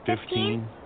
Fifteen